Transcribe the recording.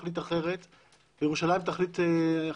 ירושלים תחליט אחרת,